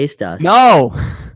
No